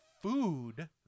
Food